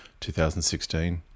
2016